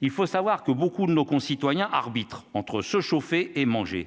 il faut savoir que beaucoup de nos concitoyens arbitre entre se chauffer et manger.